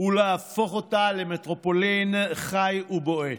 ולהפוך אותה למטרופולין חי ובועט.